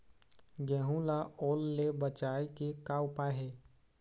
गेहूं ला ओल ले बचाए के का उपाय हे?